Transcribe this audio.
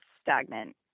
stagnant